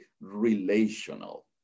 relational